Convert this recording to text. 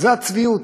זו הצביעות.